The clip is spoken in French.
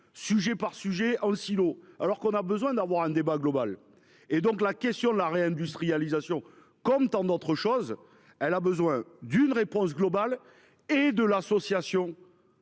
sujet par sujet, Alors qu'on a besoin d'avoir un débat global et donc la question de la réindustrialisation comme tant d'autres choses. Elle a besoin d'une réponse globale et de l'association.